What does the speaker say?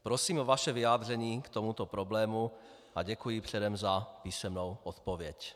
Prosím o vaše vyjádření k tomuto problému a děkuji předem za písemnou odpověď.